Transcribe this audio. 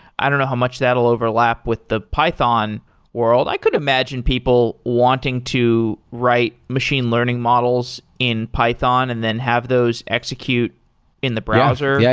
i don't know how much that will overlap with the python world. i could imagine people wanting to write machine learning models in python and then have those execute in the browser, yeah